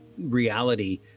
reality